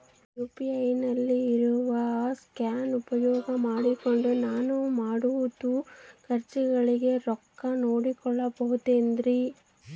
UPI ನಲ್ಲಿ ಇರೋ scan ಉಪಯೋಗ ಮಾಡಿಕೊಂಡು ನಾನು ಮಾಡೋ ಖರ್ಚುಗಳಿಗೆ ರೊಕ್ಕ ನೇಡಬಹುದೇನ್ರಿ?